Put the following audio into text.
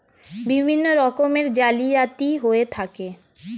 বিভিন্ন রকমের জালিয়াতি হয়ে থাকে